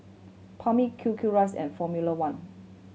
Palmer Q Q Rice and Formula One